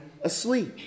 asleep